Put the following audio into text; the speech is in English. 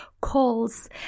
calls